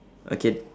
okay